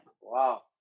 Wow